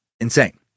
insane